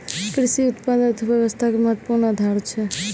कृषि उत्पाद अर्थव्यवस्था के महत्वपूर्ण आधार छै